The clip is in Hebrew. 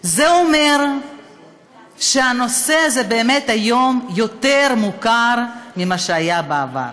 זה אומר שהנושא הזה באמת היום יותר מוכר ממה שהיה בעבר.